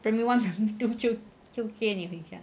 primary one primary two 就接你回家